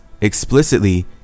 explicitly